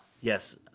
Yes